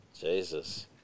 Jesus